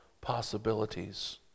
possibilities